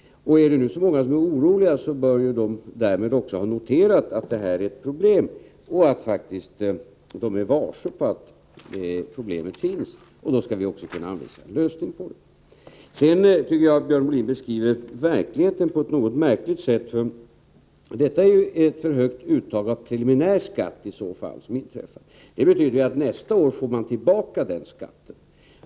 Om det nu är så många som är oroliga bör man också ha noterat att detta är ett problem. Då skall vi också kunna anvisa en lösning på det. Jag tycker sedan att Björn Molin beskriver verkligheten på ett något märkligt sätt. Det är ju här fråga om ett för högt uttag av preliminär skatt. Det betyder att man nästa år får tillbaka den inbetalade skatten.